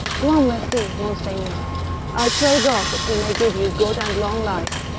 grand-merci, monseigneur! i pray god that he may give you good and long life.